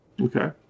Okay